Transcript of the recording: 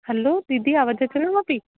हलो दीदी आवाज़ अचेव थी